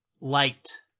liked